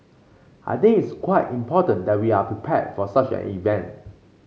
I think it's quite important that we are prepared for such an event